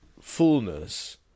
fullness